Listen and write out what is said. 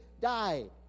died